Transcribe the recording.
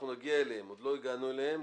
עוד לא הגענו אליהן.